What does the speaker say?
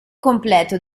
completo